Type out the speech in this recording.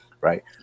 right